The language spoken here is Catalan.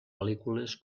pel·lícules